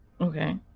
Okay